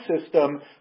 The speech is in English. system